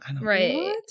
Right